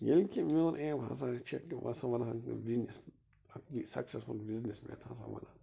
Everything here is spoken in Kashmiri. ییٚلہ کہِ میٛون ایم ہسا چھِ کہِ بہٕ ہسا بنہٕ ہا بِزنِس اَکھ سکسیٚس فُل بِزنِس میٚن ہسا بنہٕ ہا